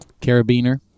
carabiner